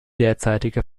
derzeitige